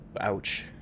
Ouch